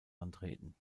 antreten